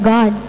God